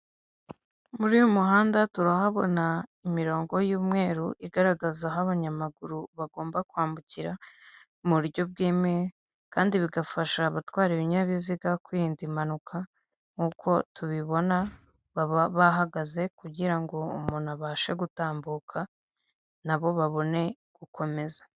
Muri uyu muhanda turahabona imirongo y'umweru igaragaza aho abanyamaguru bagomba kwambukira mu buryo bwemewe kandi bigafasha abatwara ibinyabiziga kwirinda impanuka nkuko tubibona baba bahagaze kugira ngo umuntu abashe gutambuka nabo babone gukomeza.